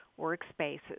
workspaces